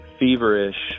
feverish